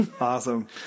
Awesome